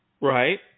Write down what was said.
Right